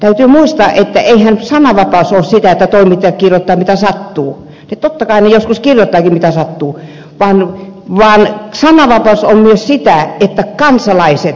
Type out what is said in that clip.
täytyy muistaa että eihän sananvapaus ole sitä että toimittajat kirjoittavat mitä sattuu totta kai he joskus kirjoittavatkin mitä sattuu vaan sananvapaus on myös sitä että kansalaiset saavat tietää